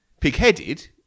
pig-headed